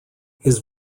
his